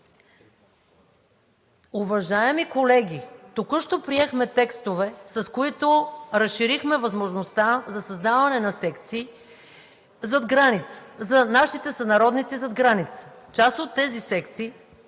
Уважаеми колеги, току-що приехме текстове, с които разширихме възможността за създаване на секции за нашите сънародници зад граница. Част от тези секции